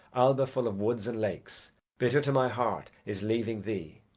alba full of woods and lakes bitter to my heart is leaving thee,